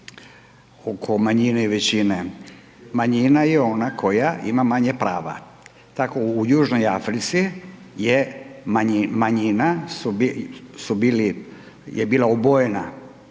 oko manjine i većine. Manjina je ona koja ima manje prava. Tako u Južnoj Africi je manjina su bili, je bila obojena